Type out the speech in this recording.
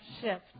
shift